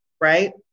right